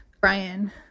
Brian